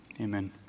Amen